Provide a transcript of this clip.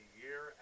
year